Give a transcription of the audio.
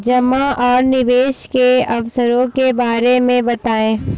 जमा और निवेश के अवसरों के बारे में बताएँ?